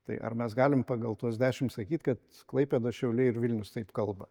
tai ar mes galim pagal tuos dešim sakyt kad klaipėda šiauliai ir vilnius taip kalba